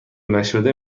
نشده